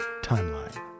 timeline